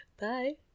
Bye